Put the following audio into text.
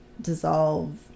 dissolve